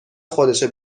خودشه